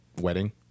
wedding